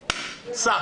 סע.